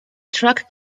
truck